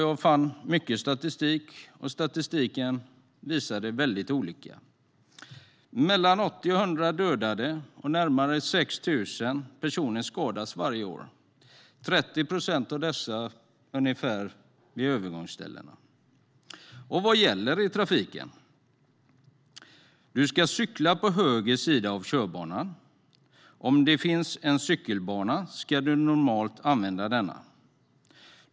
Jag fann mycket statistik, och statistiken visade väldigt olika saker. Mellan 80 och 100 personer dödas och närmare 6 000 personer skadas varje år - ungefär 30 procent av dem råkar ut för detta vid övergångsställen. Vad gäller i trafiken? Du ska cykla på höger sida av körbanan. Om det finns en cykelbana ska du normalt använda den.